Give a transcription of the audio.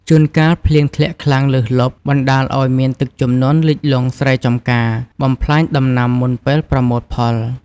ជួនកាលភ្លៀងធ្លាក់ខ្លាំងលើសលប់ បណ្ដាលឱ្យមានទឹកជំនន់លិចលង់ស្រែចម្ការ បំផ្លាញដំណាំមុនពេលប្រមូលផល។